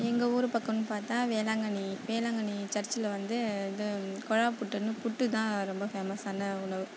எங்கள் ஊரு பக்கம்னு பார்த்தா வேளாங்கண்ணி வேளாங்கண்ணி சர்ச்யில் வந்து இது குழா புட்டுனு புட்டுதான் ரொம்ப ஃபேமஸான உணவு